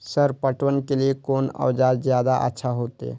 Sir पटवन के लीऐ कोन औजार ज्यादा अच्छा होते?